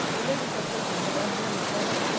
the ladies are persons of unblemished honour.